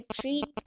treat